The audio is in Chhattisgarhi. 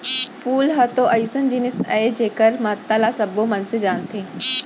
फूल ह तो अइसन जिनिस अय जेकर महत्ता ल सबो मनसे जानथें